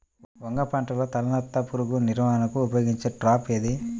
వంగ పంటలో తలనత్త పురుగు నివారణకు ఉపయోగించే ట్రాప్ ఏది?